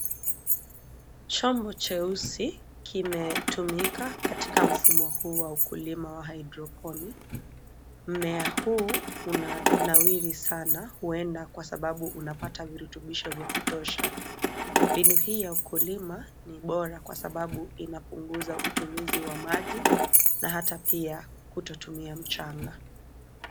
Chombo cheusi kimetumika katika mfumo huu wa ukulima wa haidroponiki. Mmea huu unanawiri sana huenda kwa sababu unapata virutubisho vya kutuosha. Mbinu hii ya ukulima ni bora kwa sababu inapunguza utumizi wa maji na hata pia kutotumia mchanga.